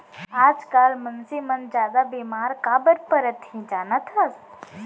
आजकाल मनसे मन जादा बेमार काबर परत हें जानत हस?